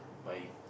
by